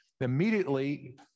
immediately